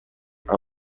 are